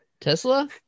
Tesla